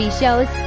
shows